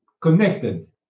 connected